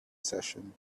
session